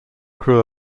crew